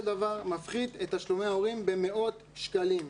דבר מפחית את תשלומי ההורים במאות שקלים.